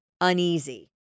uneasy